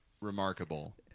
Remarkable